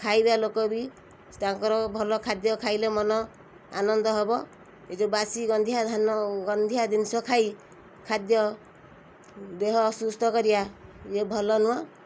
ଖାଇବା ଲୋକ ବି ତାଙ୍କର ଭଲ ଖାଦ୍ୟ ଖାଇଲେ ମନ ଆନନ୍ଦ ହବ ଏଇ ଯେଉଁ ବାସି ଗନ୍ଧିଆ ଧାନ ଗନ୍ଧିଆ ଜିନିଷ ଖାଇ ଖାଦ୍ୟ ଦେହ ଅସୁସ୍ଥ କରିବା ଇଏ ଭଲ ନୁଅଁ